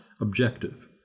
objective